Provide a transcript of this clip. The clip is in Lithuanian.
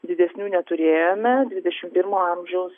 didesnių neturėjome dvidešim pirmo amžiaus